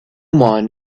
man